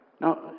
Now